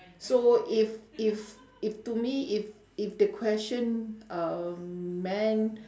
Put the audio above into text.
so if if if to me if if the question um meant